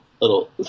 little